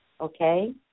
Okay